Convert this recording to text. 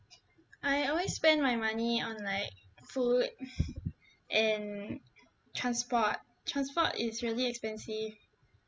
I always spend my money on like food and transport transport is really expensive